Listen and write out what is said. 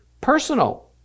personal